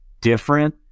different